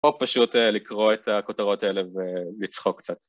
או פשוט לקרוא את הכותרות האלה ולצחוק קצת.